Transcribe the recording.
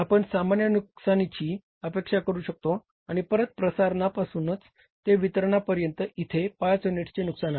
आपण सामान्य नुकसानीची अपेक्षा करू शकतो आणि परत प्रसारणा पासून ते वितरणा पर्यंत इथे 5 युनिट्सचे नुकसान आहे